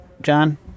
John